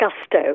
gusto